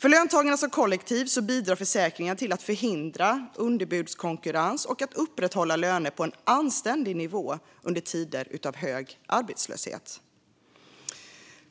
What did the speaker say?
För löntagarna som kollektiv bidrar försäkringen till att förhindra underbudskonkurrens och att upprätthålla löner på en anständig nivå under tider av hög arbetslöshet.